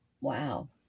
Wow